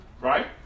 Right